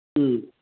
ꯎꯝ